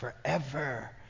forever